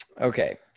Okay